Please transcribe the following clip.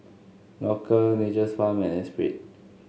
Loacker Nature's Farm and Espirit